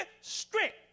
strict